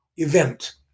event